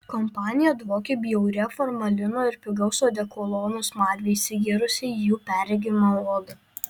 kompanija dvokė bjauria formalino ir pigaus odekolono smarve įsigėrusią į jų perregimą odą